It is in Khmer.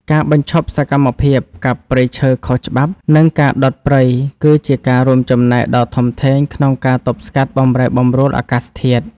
ការបញ្ឈប់សកម្មភាពកាប់ព្រៃឈើខុសច្បាប់ និងការដុតព្រៃគឺជាការរួមចំណែកដ៏ធំធេងក្នុងការទប់ស្កាត់បម្រែបម្រួលអាកាសធាតុ។